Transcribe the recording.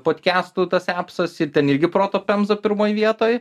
podkestų tas epsas ir ten irgi proto pemza pirmoj vietoj